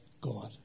God